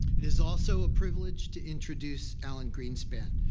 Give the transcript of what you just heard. is also a privilege to introduce alan greenspan.